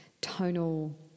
tonal